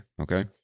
okay